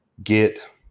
Get